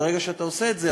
ברגע שאתה עושה את זה,